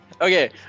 Okay